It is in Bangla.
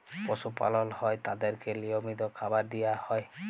পশু পালল হ্যয় তাদেরকে লিয়মিত খাবার দিয়া হ্যয়